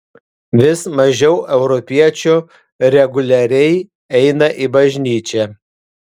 vis mažiau europiečių reguliariai eina į bažnyčią